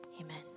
Amen